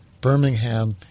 Birmingham